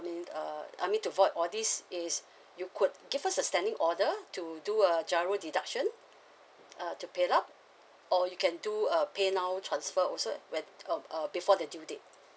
I mean uh I mean to avoid all this is you could give us a standing order to do a GIRO deduction uh to pay up or you can do a pay now transfer also when um uh before the due date